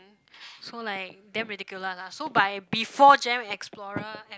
so like damn ridiculous lah so by before gem explorer at